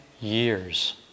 years